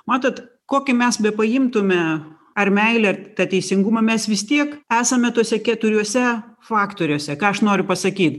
matot kokį mes bepriimtume ar meilę ar tą teisingumą mes vis tiek esame tuose keturiuose faktoriuose ką aš noriu pasakyt